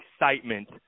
excitement